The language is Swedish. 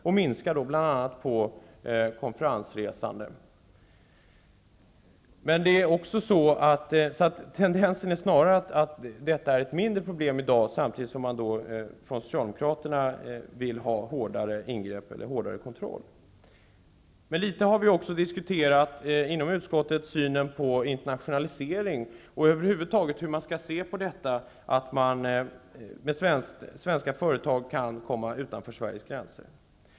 Då minskar de bl.a. på konferensresandet. Tendensen är snarare att detta är ett mindre problem i dag. Samtidigt vill Socialdemokraterna ha hårdare kontroll. Inom utskottet har vi också diskuterat synen på internationalisering och över huvud taget hur man skall se på detta att anställda i svenska företag kan komma utanför Sveriges gränser.